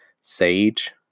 sage